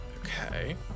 Okay